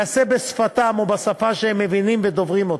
ייעשה בשפתם או בשפה שהם מבינים ודוברים,